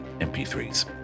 MP3s